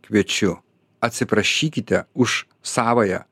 kviečiu atsiprašykite už savąją